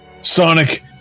Sonic